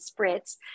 spritz